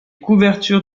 couvertures